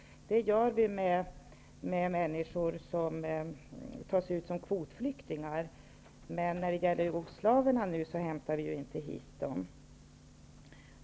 Det gör vi med människor som tas in som kvotflyktingar, men jugoslaverna hämtar vi inte hit.